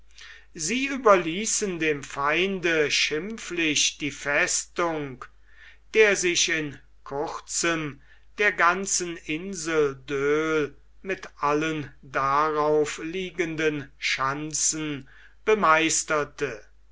sie überließen dem feinde schimpflich die festung der sich in kurzem der ganzen insel doel mit allen darauf liegenden schanzen bemeisterte